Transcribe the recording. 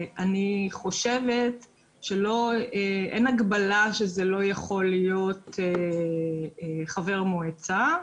אני חושבת שאין הגבלה שזה לא יכול להיות חבר מועצה,